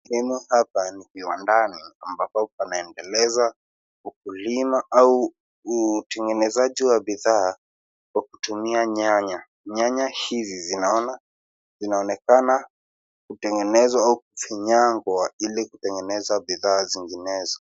Sehemu hapa ni viwandani ambapo panaendeleza ukulima au utengenezaji wa bidhaa kwa kutumia nyanya. Nyanya hizi zinaonekana kutengenezwa au kufinyangwa ili kutengeneza bidhaa zinginezo.